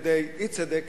אי-צדק,